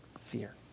fear